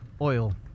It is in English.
oil